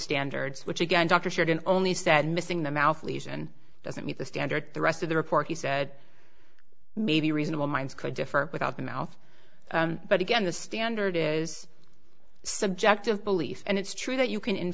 standards which again doctor should and only said missing the mouth lesion doesn't meet the standard the rest of the report he said maybe reasonable minds could differ without the mouth but again the standard is subjective beliefs and it's true that you can in